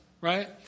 right